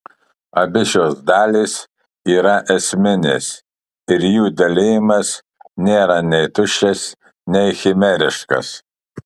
abi šios dalys yra esminės ir jų dalijimas nėra nei tuščias nei chimeriškas